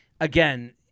again